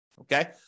okay